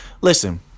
Listen